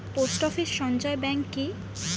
Post office সঞ্চয় bank কি?